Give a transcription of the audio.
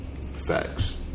facts